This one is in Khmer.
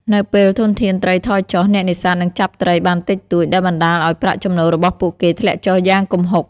នៅពេលធនធានត្រីថយចុះ អ្នកនេសាទនឹងចាប់ត្រីបានតិចតួច ដែលបណ្ដាលឱ្យប្រាក់ចំណូលរបស់ពួកគេធ្លាក់ចុះយ៉ាងគំហុក។